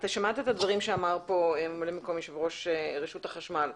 אתה שמעת את הדברים שאמר פה ממלא מקום יושב-ראש רשות החשמל.